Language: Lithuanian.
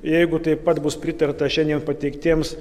jeigu taip pat bus pritarta šiandien pateiktiems